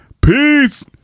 Peace